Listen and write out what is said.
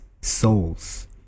souls